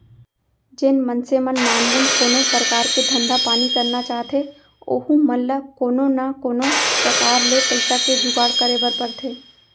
जेन मनसे मन नानमुन कोनो परकार के धंधा पानी करना चाहथें ओहू मन ल कोनो न कोनो प्रकार ले पइसा के जुगाड़ करे बर परथे